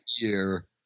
year